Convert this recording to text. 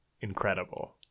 incredible